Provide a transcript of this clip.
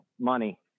money